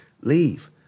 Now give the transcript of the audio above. leave